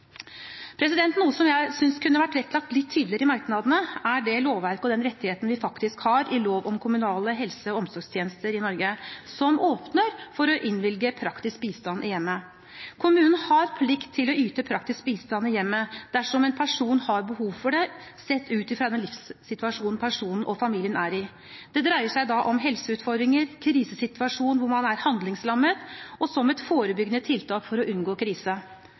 stress. Noe jeg synes kunne vært vektlagt litt tydeligere i merknadene, er det lovverket og den rettigheten vi faktisk har i lov om kommunale helse- og omsorgstjenester i Norge som åpner for å innvilge praktisk bistand i hjemmet. Kommunen har plikt til å yte praktisk bistand i hjemmet dersom en person har behov for det sett ut fra den livssituasjonen personen og familien er i. Det dreier seg om helseutfordringer, krisesituasjoner hvor man er handlingslammet, og som et forebyggende tiltak for å unngå krise.